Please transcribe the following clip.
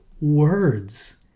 words